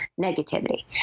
negativity